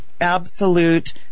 absolute